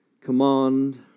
command